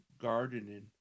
gardening